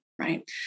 Right